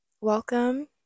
welcome